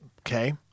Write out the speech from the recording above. Okay